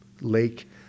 lake